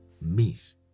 miss